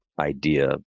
idea